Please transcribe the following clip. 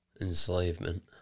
Enslavement